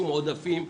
שום עודפים,